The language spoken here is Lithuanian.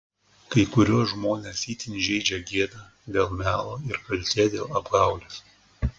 kai kuriuos žmones itin žeidžia gėda dėl melo ir kaltė dėl apgaulės